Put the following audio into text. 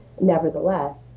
nevertheless